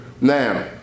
Now